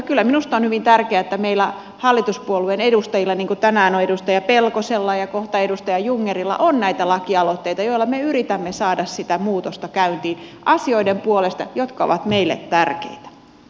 kyllä minusta on hyvin tärkeää että meillä hallituspuolueen edustajilla niin kuin tänään on edustaja pelkosella ja kohta edustaja jungnerilla on näitä lakialoitteita joilla me yritämme saada sitä muutosta käyntiin asioiden puolesta jotka ovat meille tärkeitä